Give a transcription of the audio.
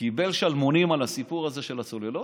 קיבל שלמונים על הסיפור הזה של הצוללות?